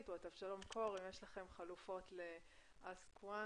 או את אבשלום קור אם יש לכם חלופות ל- Ask Once,